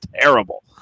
terrible